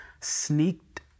sneaked